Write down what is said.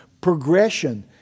Progression